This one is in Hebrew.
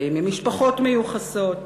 באים ממשפחות מיוחסות,